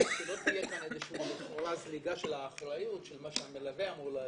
שלא תהיה כאן לכאורה זליגה של האחריות של מה שהמלווה אמור לעשות.